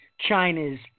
China's